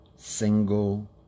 single